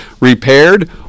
repaired